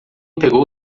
pegou